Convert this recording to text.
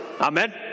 Amen